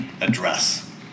address